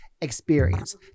experience